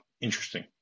interesting